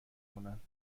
کنند